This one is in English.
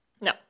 No